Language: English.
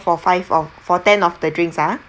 for five of for ten of the drinks ah